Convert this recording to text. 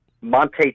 Monte